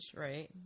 right